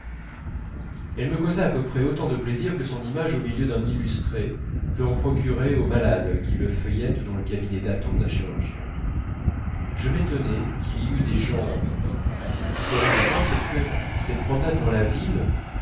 elle me causa à peu près autant de plaisir que son image au milieu d'un illustré peut en procurer au malade qui le feuillette dans le cabinet d'attente d'un chirurgien je m'étonnais qu'il y eût des gens assez différents de moi pour que cette promenade dans la ville